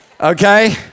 Okay